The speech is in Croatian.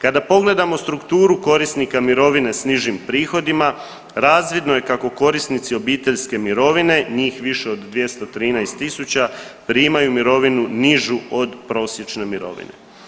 Kada pogledamo strukturu korisnika mirovine s nižim prihodima razvidno je kako korisnici obiteljske mirovine, njih više od 213.000 primaju mirovinu nižu od prosječne mirovine.